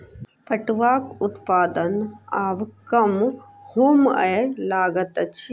पटुआक उत्पादन आब कम होमय लागल अछि